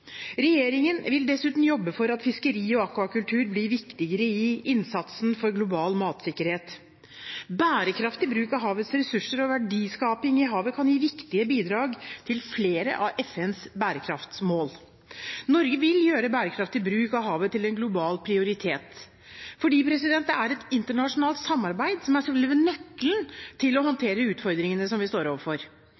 Regjeringen vil dessuten jobbe for at fiskeri og akvakultur blir viktigere i innsatsen for global matsikkerhet. Bærekraftig bruk av havets ressurser og verdiskaping i havet kan gi viktige bidrag til flere av FNs bærekraftsmål. Norge vil gjøre bærekraftig bruk av havet til en global prioritet, for det er internasjonalt samarbeid som er selve nøkkelen til å